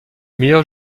meilleurs